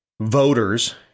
voters